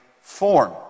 form